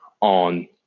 on